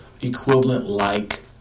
equivalent-like